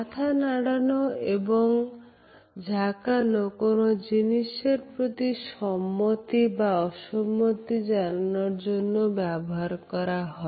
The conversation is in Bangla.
মাথা নাড়ানো এবং ঝাকানো কোন জিনিসের প্রতি সম্মতি বা অসম্মতি জানানোর জন্য ব্যবহার করা হয়